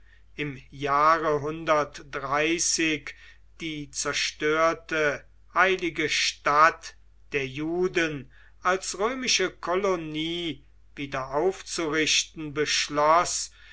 im jahre die zerstörte heilige stadt der juden als römische kolonie wieder aufzurichten